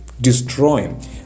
destroying